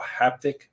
haptic